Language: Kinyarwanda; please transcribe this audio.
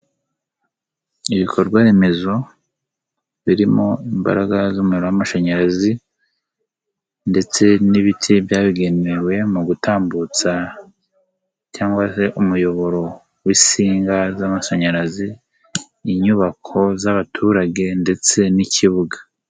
Ibikorwa remezo birimo imbaraga z'umuriro w'amashanyarazi ndetse n'ibiti byabigenewe mu gutambutsa cyangwa se umuyoboro w'insinga z'amashanyarazi, inyubako z'abaturage ndetse n'ikibuga.